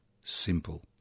simple